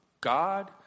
God